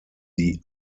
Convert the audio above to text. die